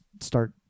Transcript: start